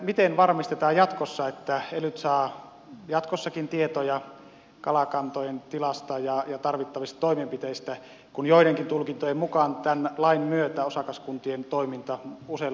miten varmistetaan jatkossa että elyt saavat jatkossakin tietoja kalakantojen tilasta ja tarvittavista toimenpiteistä kun joidenkin tulkintojen mukaan tämän lain myötä osakaskuntien toiminta useilla alueilla lakkaa